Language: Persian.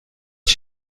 هیچ